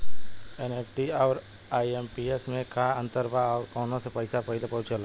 NEFT आउर IMPS मे का अंतर बा और आउर कौना से पैसा पहिले पहुंचेला?